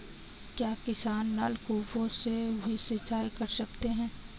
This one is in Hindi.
क्या किसान नल कूपों से भी सिंचाई कर सकते हैं?